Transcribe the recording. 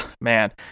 man